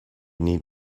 need